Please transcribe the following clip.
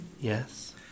Yes